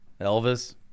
Elvis